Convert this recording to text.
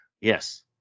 Yes